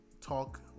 talk